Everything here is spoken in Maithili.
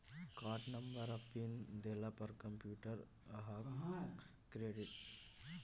कार्डनंबर आ पिन देला पर कंप्यूटर अहाँक क्रेडिट कार्ड मे बचल पाइ अहाँ केँ बताएत